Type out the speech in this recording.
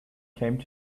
came